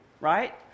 right